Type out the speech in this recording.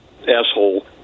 asshole